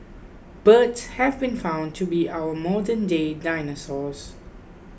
birds have been found to be our modernday dinosaurs